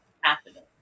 happening